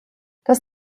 das